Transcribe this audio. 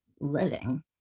living